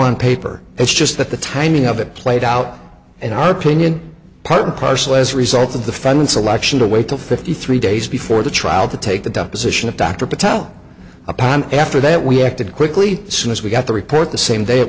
on paper it's just that the timing of it played out in our opinion part and parcel as a result of the federal selection to wait till fifty three days before the trial to take the deposition of dr patel upon after that we acted quickly soon as we got the report the same day it